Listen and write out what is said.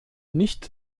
nicht